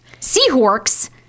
Seahawks